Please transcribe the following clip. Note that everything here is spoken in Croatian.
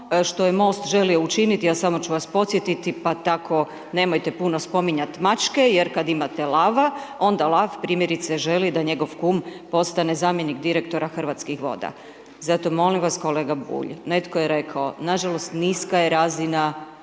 što je MOST želio učiniti, a samo ću vas podsjetiti, pa tako nemojte puno spominjati mačke jer kada imate lava, onda lav primjerice želi da njegov kum postane zamjenik direktora Hrvatskih voda. Zato molim vas, kolega Bulj, netko je rekao, nažalost niska je razina